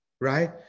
right